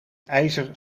ijzer